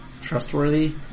trustworthy